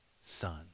son